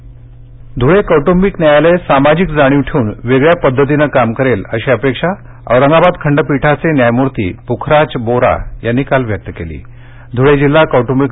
कौट्बिक न्यायालयः धुळे कौटुंबिक न्यायालय सामाजिक जाणीव ठेवून वेगळ्या पध्दतीने काम करेल अशी अपेक्षा औरंगाबाद खंडपीठाचे न्यायमूर्ती पुखराज बोरा यांनी काल व्यक्त केली धुळे जिल्हा कौटुंबिक